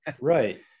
right